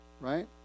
right